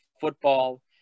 football